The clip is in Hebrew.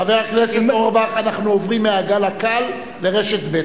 חבר הכנסת אורבך, אנחנו עוברים מהגל הקל לרשת ב'.